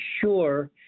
sure